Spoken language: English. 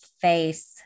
face